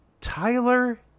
Tyler